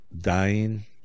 dying